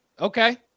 Okay